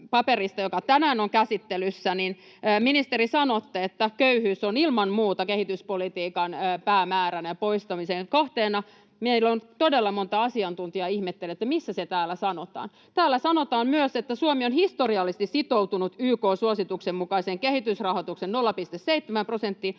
joka tänään on käsittelyssä. Ministeri, sanotte, että köyhyys on ilman muuta kehityspolitiikan päämääränä ja poistamiseen kohteena. Meillä on todella moni asiantuntija ihmetellyt, missä se täällä sanotaan? Täällä sanotaan myös se, että Suomi on historiallisesti sitoutunut YK:n suosituksen mukaiseen kehitysrahoituksen 0,7 prosenttiin,